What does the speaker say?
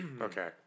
Okay